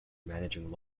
managing